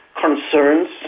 concerns